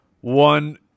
one